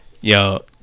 Yo